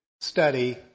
study